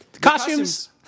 Costumes